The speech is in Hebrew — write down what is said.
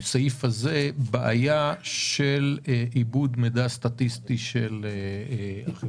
הסעיף הזה של עיבוד מידע סטטיסטי של החברה.